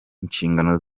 inshingano